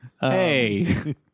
Hey